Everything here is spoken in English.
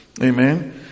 Amen